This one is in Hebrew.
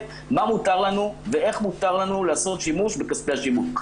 מה מותר לנו ואיך מותר לנו לעשות שימוש בכספי השיווק.